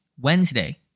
Wednesday